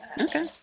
Okay